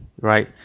right